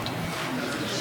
אדוני היושב-ראש,